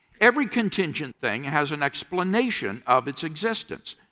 every contingent thing has an explanation of its existence.